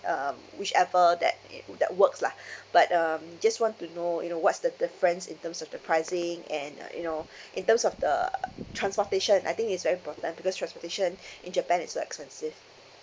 um whichever that it that work lah but um just want to know you know what's the difference in terms of the pricing and uh you know in terms of the uh transportation I think it's very important because transportation in japan it's so expensive